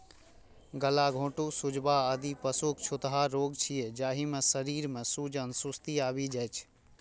गलाघोटूं, सुजवा, आदि पशुक छूतहा रोग छियै, जाहि मे शरीर मे सूजन, सुस्ती आबि जाइ छै